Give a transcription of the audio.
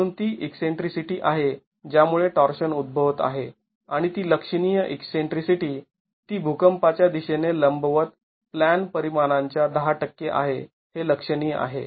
म्हणून ती ईकसेंट्रीसिटी आहे ज्यामुळे टॉर्शन उद्भवत आहे आणि ती लक्षणीय ईकसेंट्रीसिटी ती भुकंपाच्या दिशेने लंबवत प्लॅन परिमाणांच्या १० टक्के आहे हे लक्षणीय आहे